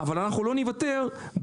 אבל אנחנו לא נוותר בגלל,